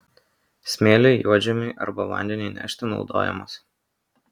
smėliui juodžemiui arba vandeniui nešti naudojamas